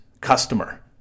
customer